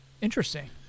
Interesting